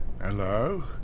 hello